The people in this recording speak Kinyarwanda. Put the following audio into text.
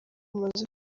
umaze